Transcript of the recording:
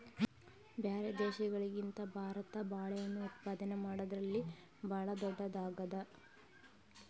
ಬ್ಯಾರೆ ದೇಶಗಳಿಗಿಂತ ಭಾರತ ಬಾಳೆಹಣ್ಣು ಉತ್ಪಾದನೆ ಮಾಡದ್ರಲ್ಲಿ ಭಾಳ್ ಧೊಡ್ಡದಾಗ್ಯಾದ